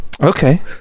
okay